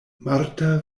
marta